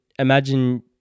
Imagine